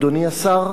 אדוני השר,